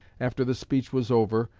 after the speech was over,